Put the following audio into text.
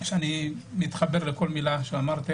שאני מתחבר לכל מילה שאמר,